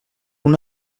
una